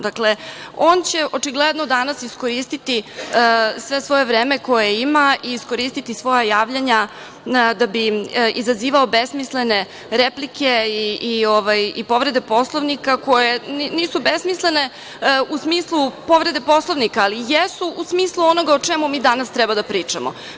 Dakle, on će očigledno danas iskoristiti sve svoje vreme koje ima i iskoristiti javljanja da bi izazivao besmislene replike i povrede Poslovnika, koje nisu besmislene u smislu povrede Poslovnika, ali jesu u smislu onoga o čemu mi danas treba da pričamo.